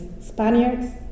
Spaniards